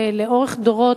לאורך דורות,